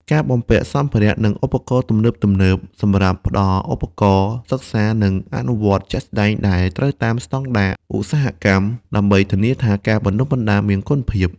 ការបំពាក់សម្ភារៈ និងឧបករណ៍ទំនើបៗ សម្រាប់ផ្តល់ឧបករណ៍សិក្សា និងអនុវត្តជាក់ស្តែងដែលត្រូវតាមស្តង់ដារឧស្សាហកម្ម ដើម្បីធានាថាការបណ្តុះបណ្តាលមានគុណភាព។